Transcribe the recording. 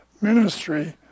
ministry